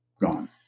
gone